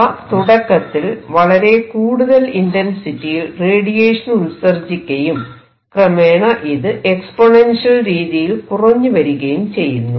ഇവ തുടക്കത്തിൽ വളരെ കൂടുതൽ ഇന്റെൻസിറ്റിയിൽ റേഡിയേഷൻ ഉത്സർജിക്കയും ക്രമേണ ഇത് എക്സ്പൊനെൻഷ്യൽ രീതിയിൽ കുറഞ്ഞു വരികയും ചെയ്യുന്നു